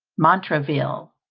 montraville.